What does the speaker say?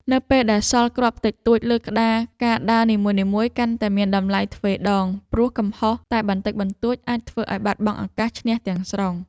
នៅពេលដែលសល់គ្រាប់តិចតួចលើក្តារការដើរនីមួយៗកាន់តែមានតម្លៃទ្វេដងព្រោះកំហុសតែបន្តិចបន្តួចអាចធ្វើឱ្យបាត់បង់ឱកាសឈ្នះទាំងស្រុង។